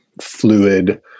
fluid